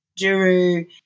Juru